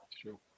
True